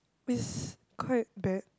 is quite bad